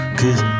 cause